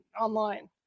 online